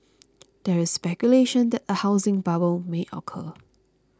there is speculation that a housing bubble may occur